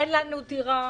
אין לנו דירה.